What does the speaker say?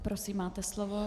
Prosím, máte slovo.